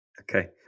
Okay